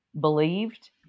believed